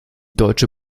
deutsche